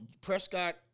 Prescott